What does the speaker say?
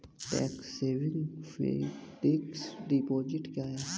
Tax saving fixed deposit क्या है?